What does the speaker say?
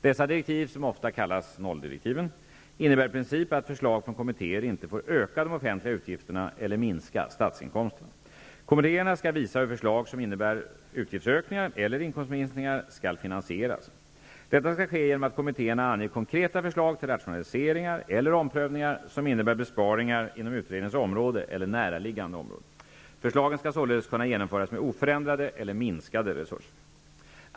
Dessa direktiv -- som så ofta kallats nolldirektiven -- innebär i princip att förslag från kommittéer inte får öka de offentliga utgifterna eller minska statsinkomsterna. Kommittéerna skall visa hur förslag som innebär utgiftsökning eller inkomstminskningar skall finansieras. Detta skall ske genom att kommittéerna anger konkreta förslag till rationaliseringar eller omprövningar som innebär besparingar inom utredningens område eller näraliggande områden. Förslagen skall således kunna genomföras med oförändrade eller minskade resurser.